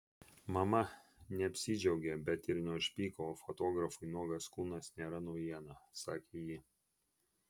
mama neapsidžiaugė bet ir neužpyko o fotografui nuogas kūnas nėra naujiena sakė ji